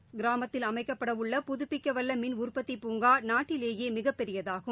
விகாகோட் கிராமத்தில் அமைக்கப்பட உள்ள புதுப்பிக்கவல்ல மின் உற்பத்தி பூங்கா நாட்டிலேயே மிகப்பெரியதாகும்